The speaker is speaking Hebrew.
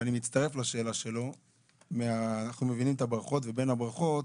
ואני מצטרף לשאלה שלו - אנחנו מבינים את הברכות ובין הברכות,